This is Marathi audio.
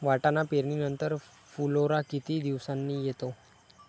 वाटाणा पेरणी नंतर फुलोरा किती दिवसांनी येतो?